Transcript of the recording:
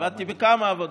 עבדתי בכמה עבודות.